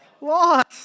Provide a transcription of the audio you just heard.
lost